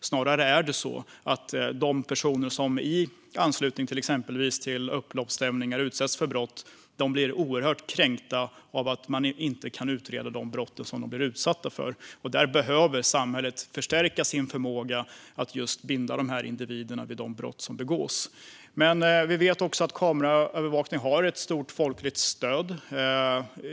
Snarare är det så att de personer som i anslutning till exempelvis upploppsstämningar utsätts för brott blir oerhört kränkta av att man inte kan utreda de brott som de blir utsatta för. Där behöver samhället förstärka sin förmåga att binda de här individerna vid de brott som begås. Men vi vet också att kameraövervakning har ett stort folkligt stöd.